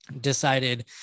decided